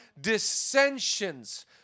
dissensions